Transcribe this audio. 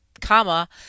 comma